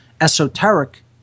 esoteric